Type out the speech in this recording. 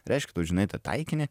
reiškia tu žinai tą taikinį